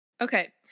Okay